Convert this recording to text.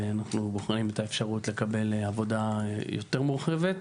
ואנחנו בוחנים את האפשרות לקבל עבודה יותר מורחבת.